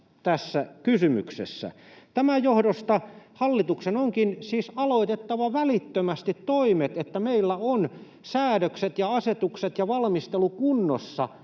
tässä kysymyksessä. Tämän johdosta hallituksen onkin siis aloitettava välittömästi toimet, että meillä on säädökset ja asetukset ja valmistelu kunnossa